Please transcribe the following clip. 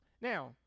Now